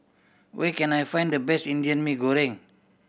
where can I find the best Indian Mee Goreng